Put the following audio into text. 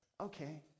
Okay